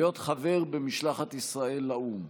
להיות חבר במשלחת ישראל לאו"ם.